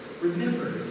remember